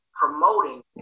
promoting